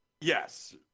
Yes